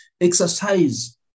exercise